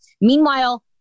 Meanwhile